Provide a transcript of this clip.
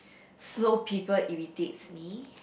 slow people irritates me